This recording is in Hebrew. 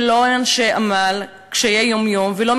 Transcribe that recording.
שאינם אנשי עמל מול קשיי יום-יום ואינם